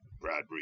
Bradbury